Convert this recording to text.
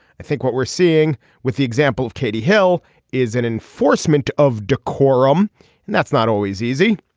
i think what we're seeing with the example of katie hill is an enforcement of decorum and that's not always easy.